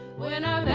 when i